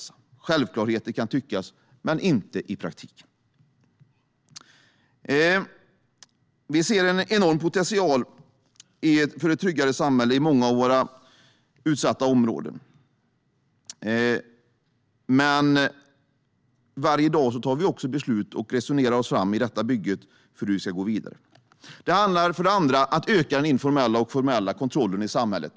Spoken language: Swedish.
Det kan tyckas vara självklarheter, men det är det inte i praktiken. Vi ser en enorm potential för ett tryggare samhälle i många av våra utsatta områden. Men varje dag fattar vi också beslut och resonerar oss fram i detta bygge för hur vi ska gå vidare. Det handlar för det andra om att öka den informella och formella kontrollen i samhället.